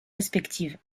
respectives